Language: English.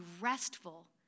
restful